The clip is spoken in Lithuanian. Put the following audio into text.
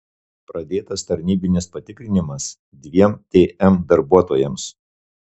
pradėtas tarnybinis patikrinimas dviem tm darbuotojams